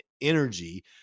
energy